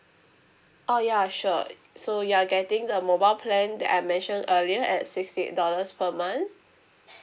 oh ya sure so you are getting the mobile plan that I mentioned earlier at sixty eight dollars per month